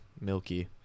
milky